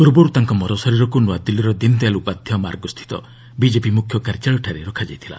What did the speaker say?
ପୂର୍ବରୁ ତାଙ୍କ ମରଶରୀରକୁ ନୂଆଦିଲ୍ଲୀର ଦୀନ୍ ଦୟାଲ୍ ଉପାଧ୍ୟାୟ ମାର୍ଗସ୍ଥିତ ବିକେପି ମୁଖ୍ୟ କାର୍ଯ୍ୟାଳୟଠାରେ ରଖାଯାଇଥିଲା